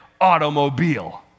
automobile